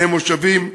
בני מושבים,